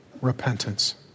repentance